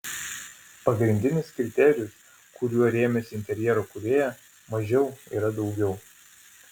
pagrindinis kriterijus kuriuo rėmėsi interjero kūrėja mažiau yra daugiau